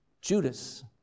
Judas